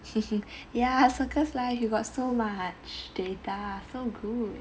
ya Circles Life you got so much data so good